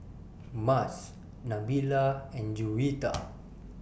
Mas Nabila and Juwita